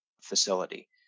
facility